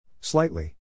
Slightly